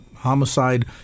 homicide